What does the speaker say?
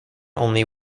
only